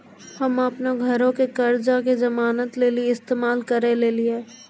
हम्मे अपनो घरो के कर्जा के जमानत लेली इस्तेमाल करि लेलियै